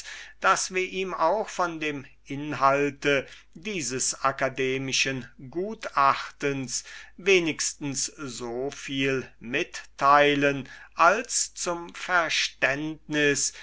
daß wir ihnen auch von dem inhalt dieses akademischen gutachtens wenigstens so viel mitteilen als zum verständnis